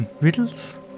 riddles